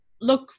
look